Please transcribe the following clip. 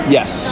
Yes